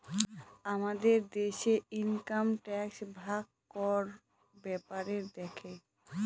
আমাদের দেশে income tax বিভাগ কর ব্যাপারে দেখে